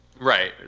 Right